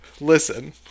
listen